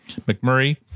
McMurray